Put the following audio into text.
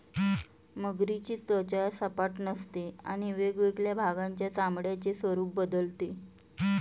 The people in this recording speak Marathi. मगरीची त्वचा सपाट नसते आणि वेगवेगळ्या भागांच्या चामड्याचे स्वरूप बदलते